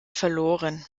verloren